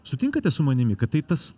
sutinkate su manimi kad tai tas